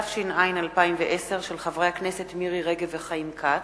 ל שולחן הכנסת, לקריאה ראשונה, מטעם הכנסת: